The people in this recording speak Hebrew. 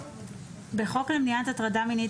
בחוק למניעת הטרדה מינית,